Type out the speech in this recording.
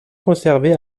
conservée